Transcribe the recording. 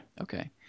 Okay